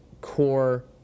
core